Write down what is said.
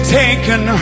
taken